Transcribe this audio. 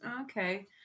okay